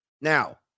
Now